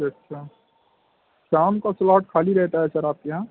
اچھا اچھا شام کو سلاٹ خالی رہتا ہے سر آپ کے یہاں